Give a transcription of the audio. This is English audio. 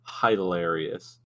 hilarious